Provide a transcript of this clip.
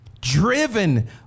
driven